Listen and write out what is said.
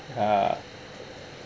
ah